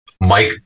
mike